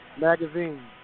Magazine